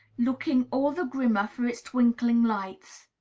looking all the grimmer for its twinkling lights.